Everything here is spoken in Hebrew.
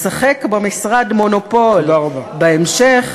/ לשחק במשרד 'מונופול'; / בהמשך,